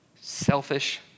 selfish